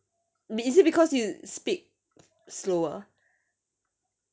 b~ is it because you speak slower